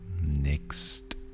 next